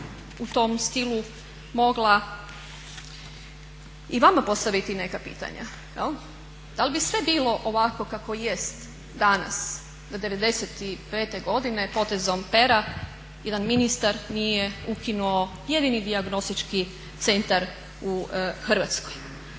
u tom stilu mogla i vama postaviti neka pitanja. Da li bi sve bilo ovako kako jest danas da '95. godine potezom pera jedan ministar nije ukinuo jedini dijagnostički centar u hrvatskoj.